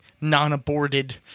non-aborted